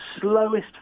slowest